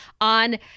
on